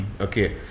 Okay